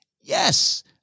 yes